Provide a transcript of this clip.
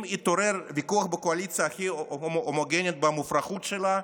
אם יתעורר ויכוח בקואליציה הכי הומוגניות במופרכות שלה,